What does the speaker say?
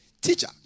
Teacher